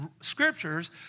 scriptures